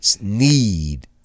need